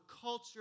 culture